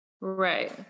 Right